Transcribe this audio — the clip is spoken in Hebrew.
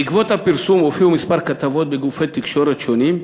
בעקבות הפרסום הופיעו כמה כתבות בגופי תקשורת שונים,